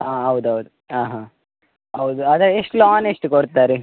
ಹಾಂ ಹೌದು ಹೌದು ಹಾಂ ಹಾಂ ಹೌದು ಆದರೆ ಎಷ್ಟು ಲಾನ್ ಎಷ್ಟು ಕೊಡ್ತಾರೆ